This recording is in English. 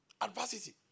Adversity